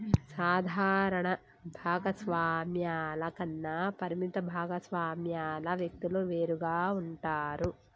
సాధారణ భాగస్వామ్యాల కన్నా పరిమిత భాగస్వామ్యాల వ్యక్తులు వేరుగా ఉంటారు